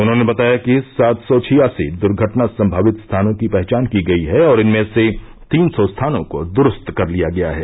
उन्होंने बताया कि सात सौ छियासी दुर्घटना संभावित स्थानों की पहचान की गई है और इनमें से तीन सौ स्थानों को द्रूस्त कर लिया गया है